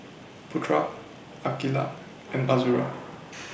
Putra Aqilah and Azura